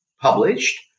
published